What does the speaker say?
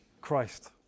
Christ